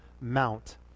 Mount